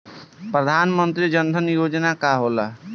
प्रधानमंत्री जन धन योजना का होला?